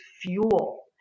fuel